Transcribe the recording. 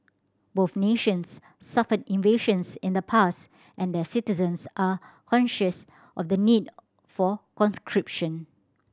both nations suffered invasions in the past and their citizens are conscious of the need for conscription